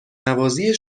نوازی